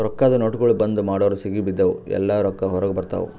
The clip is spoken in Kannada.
ರೊಕ್ಕಾದು ನೋಟ್ಗೊಳ್ ಬಂದ್ ಮಾಡುರ್ ಸಿಗಿಬಿದ್ದಿವ್ ಎಲ್ಲಾ ರೊಕ್ಕಾ ಹೊರಗ ಬರ್ತಾವ್